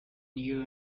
new